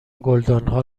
گلدانها